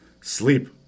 Sleep